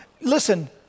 listen